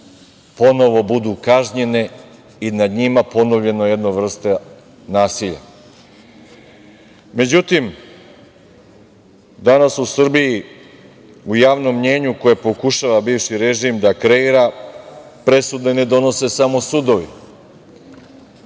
ponovo budu kažnjene i nad njima ponovljena jedna vrsta nasilja.Međutim, danas u Srbiji u javnom mnjenju koje pokušava bivši režim da kreira presude ne donose samo sudovi